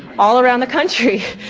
all around the country.